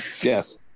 Yes